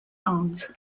arms